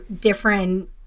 different